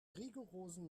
rigorosen